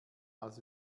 als